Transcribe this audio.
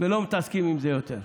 ולא מתעסקים עם זה יותר?